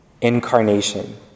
Incarnation